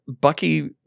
Bucky